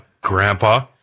Grandpa